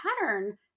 pattern